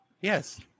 yes